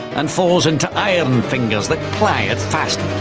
and falls into iron fingers that ply it faster.